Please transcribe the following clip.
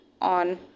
on